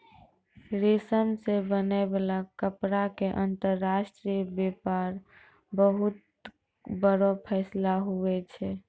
रेशम से बनै वाला कपड़ा के अंतर्राष्ट्रीय वेपार बहुत बड़ो फैलाव हुवै छै